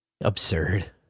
Absurd